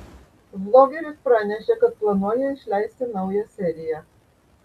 vlogeris pranešė kad planuoja išleisti naują seriją